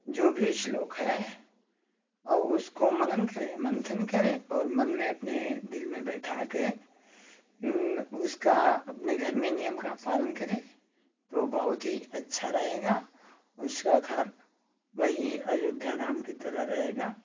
जो भी श्लोक है और उसको मनन करें मंथन करें और मन में अपने दिल में बैठा कर उसका अपने घर में नियम का पालन करे तो बहुत ही अच्छा रहेगा उसका घर वही अयोध्या राम की तरह रहेगा